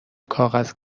کاغذ